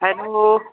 hello